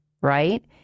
right